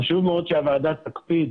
חשוב מאוד שהוועדה תקפיד